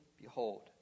behold